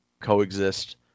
coexist